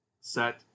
set